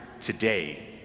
today